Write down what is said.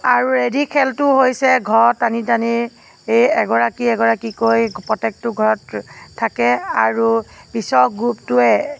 আৰু ৰেডী খেলটো হৈছে ঘৰ টানি টানি এগৰাকী এগৰাকীকৈ প্ৰত্যেকটো ঘৰত থাকে আৰু পিছৰ গ্ৰুপটোৱে